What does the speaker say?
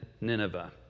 Nineveh